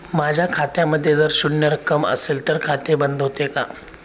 माझ्या खात्यामध्ये जर शून्य रक्कम असेल तर खाते बंद होते का?